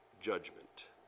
judgment